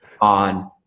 on